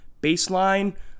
baseline